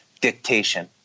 dictation